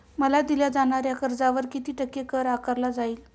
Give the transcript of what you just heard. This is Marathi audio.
मला दिल्या जाणाऱ्या कर्जावर किती टक्के कर आकारला जाईल?